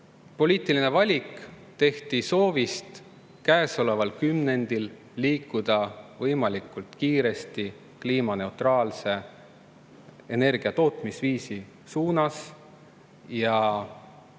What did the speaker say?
poliitiline valik tehti soovist liikuda käesoleval kümnendil võimalikult kiiresti kliimaneutraalse energiatootmisviisi suunas ja